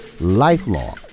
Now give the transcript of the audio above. lifelong